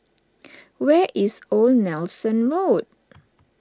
where is Old Nelson Road